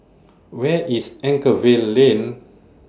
Where IS Anchorvale Lane